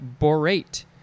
borate